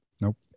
Nope